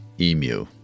EMU